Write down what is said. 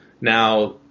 Now